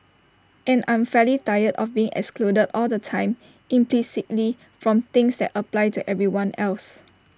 and I'm fairly tired of being excluded all the time implicitly from things that apply to everyone else